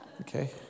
Okay